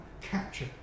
capture